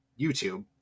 YouTube